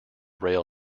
rail